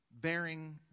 bearing